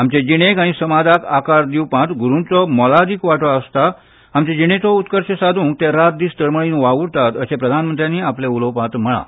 आमचे जिणेक आनी समाजाक आकार दिवपाक गुरूंचो मोलादीक वांटो आसता आमचे जिणेचो उत्कर्श सोद्रंक ते तळमळीन वाव्रतात अशें प्रधानमंत्र्यांनी आपल्या उलोवपांत म्हळें